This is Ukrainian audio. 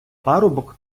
парубок